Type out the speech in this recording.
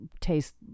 taste